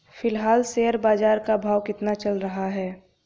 फिलहाल शेयर बाजार का भाव कितना चल रहा है?